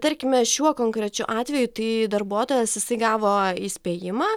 tarkime šiuo konkrečiu atveju tai darbuotojas jisai gavo įspėjimą